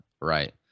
right